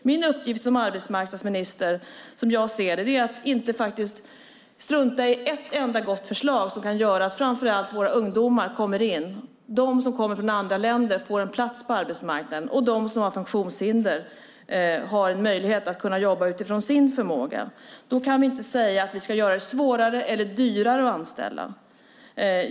Min uppgift som arbetsmarknadsminister är att inte strunta i ett enda gott förslag som kan göra att framför allt våra ungdomar kommer in, att de som kommer från andra länder får en plats på arbetsmarknaden och att de som har funktionshinder får en möjlighet att jobba utifrån sin förmåga. Då kan vi inte säga att vi ska göra det svårare eller dyrare att anställa.